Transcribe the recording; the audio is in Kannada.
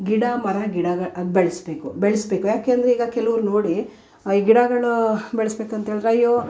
ಗಿಡ ಮರ ಗಿಡ ಅದು ಬೆಳೆಸ್ಬೇಕು ಬೆಳೆಸ್ಬೇಕು ಯಾಕೆಂದರೆ ಈಗ ಕೆಲವ್ರ ನೋಡಿ ಗಿಡಗಳೂ ಬೆಳೆಸ್ಬೇಕು ಅಂತ್ಹೇಳಿದ್ರೆ ಅಯ್ಯೋ